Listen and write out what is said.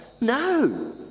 no